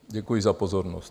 Děkuji za pozornost.